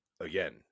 again